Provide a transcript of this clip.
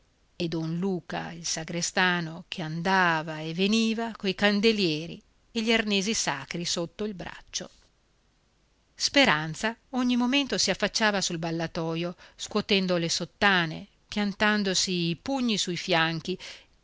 e don luca il sagrestano che andava e veniva coi candelieri e gli arnesi sacri sotto il braccio speranza ogni momento si affacciava sul ballatoio scuotendo le sottane piantandosi i pugni sui fianchi